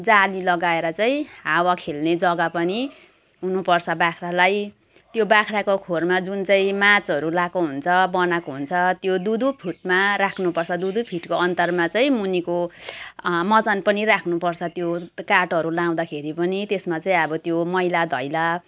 जाली लगाएर चाहिँ हावा खेल्ने जग्गा पनि हुनुपर्छ बाख्रालाई त्यो बाख्राको खोरमा जुन चाहिँ माचहरू लगाएको हुन्छ बनाएको हुन्छ त्यो दुईदुई फुटमा राख्नुपर्छ दुईदुई फिटको अन्तरमा चाहिँ मुनिको मचान पनि राख्नुपर्छ त्यो काठहरू लगाउँदाखेरि पनि त्यसमा चाहिँ अब त्यो मैलाधैला